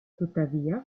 tuttavia